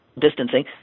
distancing